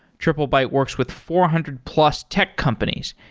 triplebyte works with four hundred plus tech companies,